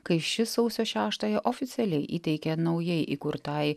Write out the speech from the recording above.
kai šis sausio šeštąją oficialiai įteikė naujai įkurtai